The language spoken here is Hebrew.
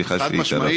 סליחה שהתערבתי.